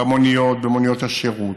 במוניות, במוניות שירות,